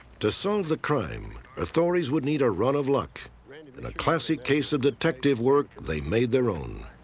to solve the crime, authorities would need a run of luck in a classic case of detective work they made their own.